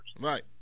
Right